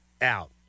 out